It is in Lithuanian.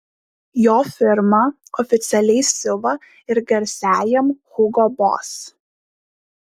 jo firma oficialiai siuva ir garsiajam hugo boss